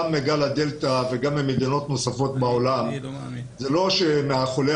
גם בגל ה-דלתא וגם במדינות נוספות בעולם זה לא שמהחולה